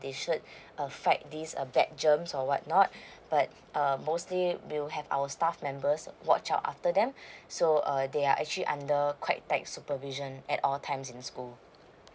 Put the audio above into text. they should err fight this err bad germs or what not but um mostly we will have our staff members uh watch out after them so uh they are actually under err quite tight supervision at all times in school